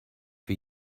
for